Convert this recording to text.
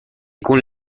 con